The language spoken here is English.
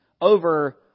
over